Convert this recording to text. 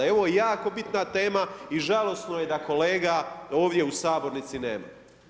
Ovo je jako bitna tema i žalosno je da kolega ovdje u sabornici nema.